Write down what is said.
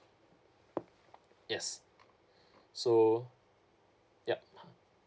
yes so yup